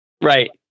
Right